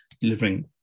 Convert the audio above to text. delivering